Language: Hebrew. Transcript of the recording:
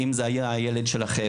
אם זה היה הילד שלכם,